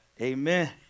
Amen